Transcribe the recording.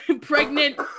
Pregnant